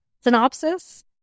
Synopsis